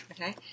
Okay